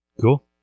Cool